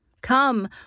Come